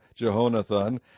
Jehonathan